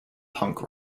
punk